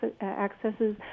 accesses